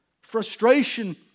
Frustration